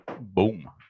Boom